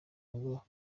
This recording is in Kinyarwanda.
ngo